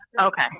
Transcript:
Okay